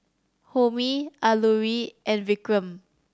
Homi Alluri and Vikram